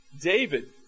David